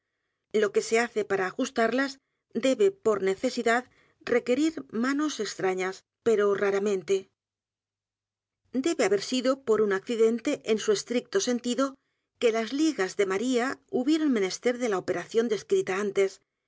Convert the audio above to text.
lo que se hace p a r a ajustarías debe por necesidad requerir manos extrañas edgar poe novelas y cuentos pero r a r a m e n t e debe h a b e r sido por un accidente en su estricto sentido que las ligas de maría hubieron menester de la operación descrita antes